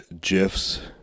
GIFs